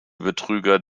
betrüger